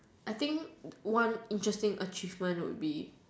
I think one interesting achievement would be